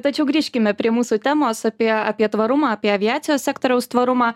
tačiau grįžkime prie mūsų temos apie apie tvarumą apie aviacijos sektoriaus tvarumą